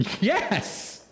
Yes